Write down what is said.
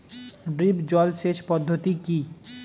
Drip জল সেচ পদ্ধতি কি?